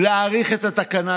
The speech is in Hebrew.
התש"ף 2020. יציג את הצעת